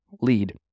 lead